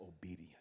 obedience